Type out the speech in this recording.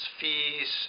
fees